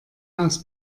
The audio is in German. aus